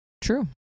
true